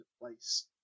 place